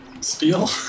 Steal